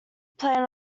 plan